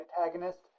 antagonist